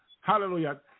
Hallelujah